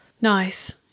nice